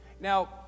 Now